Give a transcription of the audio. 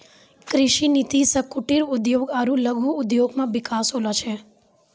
कृषि नीति से कुटिर उद्योग आरु लघु उद्योग मे बिकास होलो छै